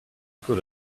good